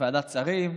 ועדת שרים.